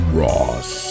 ross